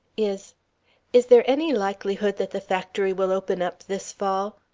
is is there any likelihood that the factory will open up this fall?